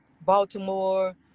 Baltimore –